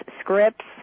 scripts